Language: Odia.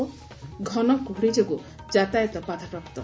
ଘନ କୁହୁଡି ଯୋଗୁଁ ଯାତାୟାତ ବାଧାପ୍ରାପ୍ତ